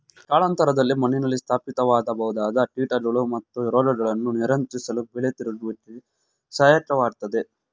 ಕಾಲಾನಂತರದಲ್ಲಿ ಮಣ್ಣಿನಲ್ಲಿ ಸ್ಥಾಪಿತವಾಗಬಹುದಾದ ಕೀಟಗಳು ಮತ್ತು ರೋಗಗಳನ್ನು ನಿಯಂತ್ರಿಸಲು ಬೆಳೆ ತಿರುಗುವಿಕೆ ಸಹಾಯಕ ವಾಗಯ್ತೆ